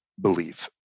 belief